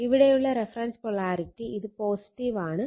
ഇവിടെയുള്ള reference polarity ഇത് ആണ്